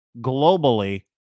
globally